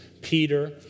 Peter